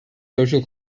social